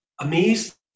amazed